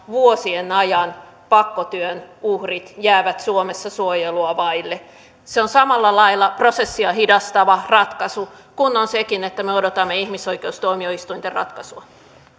vuosien ajan pakkotyön uhrit jäävät suomessa suojelua vaille se on samalla lailla prosessia hidastava ratkaisu kuin on sekin että me odotamme ihmisoikeustuomioistuinten ratkaisua